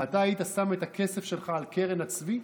אתה היית שם את הכסף שלך על קרן הצבי?